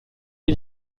dir